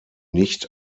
nicht